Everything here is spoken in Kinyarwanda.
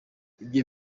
ibyo